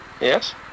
Yes